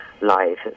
life